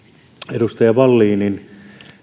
edustaja wallinin